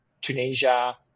Tunisia